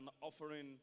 offering